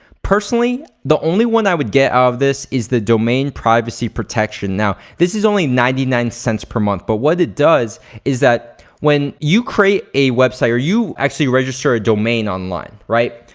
personally the only one i would get out ah of this is the domain privacy protection. now, this is only ninety nine cents per month but what it does is that when you create a website or you actually register a domain online right?